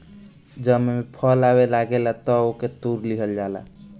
जब एमे फल आवे लागेला तअ ओके तुड़ लिहल जाला